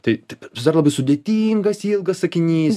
tai t pasidaro labai sudėtingas ilgas sakinys